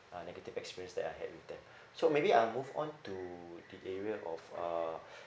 uh negative experience that I had with them so maybe I'll move on to the area of uh